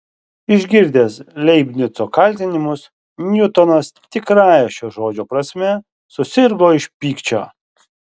išgirdęs leibnico kaltinimus niutonas tikrąja šio žodžio prasme susirgo iš pykčio